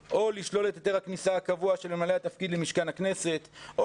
או לשלול את היתר הכניסה הקבוע של ממלא התפקיד למשכן הכנסת או